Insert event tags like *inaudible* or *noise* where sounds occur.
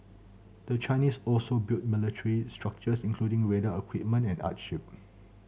the Chinese also built military structures including radar equipment and airstrips *noise*